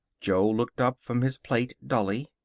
jo looked up from his plate, dully.